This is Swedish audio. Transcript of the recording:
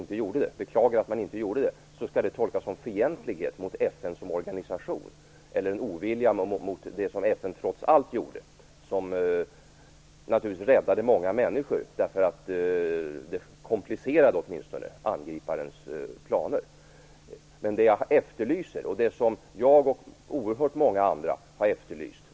Bara därför att jag säger att man borde ha gjort detta och beklagar att man inte gjorde det tolkas det som ovilja mot det som FN trots allt gjorde och som naturligtvis räddade många människor därför att det åtminstone gjorde det mer komplicerat för angriparen.